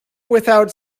without